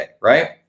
right